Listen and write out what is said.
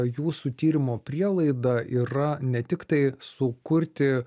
jūsų tyrimo prielaida yra ne tiktai sukurti